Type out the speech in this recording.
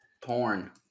porn